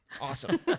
Awesome